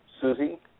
Susie